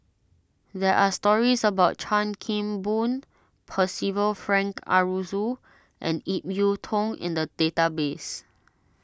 there are stories about Chan Kim Boon Percival Frank Aroozoo and Ip Yiu Tung in the database